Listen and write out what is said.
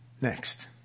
Next